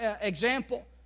example